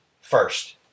first